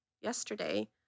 yesterday